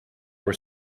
our